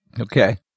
Okay